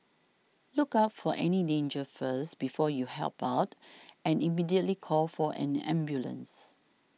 look out for any danger first before you help out and immediately call for an ambulance